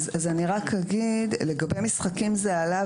זה עלה